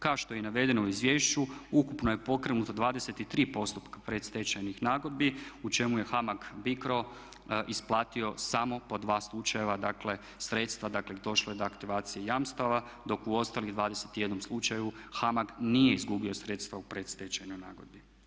Kao što je i navedeno u izvješću ukupno je pokrenuto 23 postupka predstečajnih nagodbi u čemu je HAMAG BICRO isplatio samo po dva slučajeva dakle sredstva, dakle došlo je do aktivacije jamstava dok u ostalih 21 slučaju HAMAG nije izgubio sredstva u predstečajnoj nagodbi.